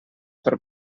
per